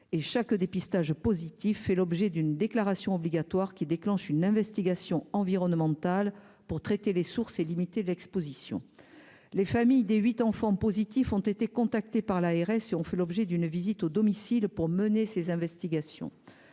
chaque dépistage positif fait l'objet d'une déclaration obligatoire qui déclenche une investigation environnementale pour traiter les sources et limiter l'Exposition, les familles des 8 enfants positifs ont été contactés par l'ARS et ont fait l'objet d'une visite au domicile pour mener ses investigations,